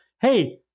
hey